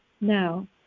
now